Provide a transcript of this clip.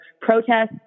protests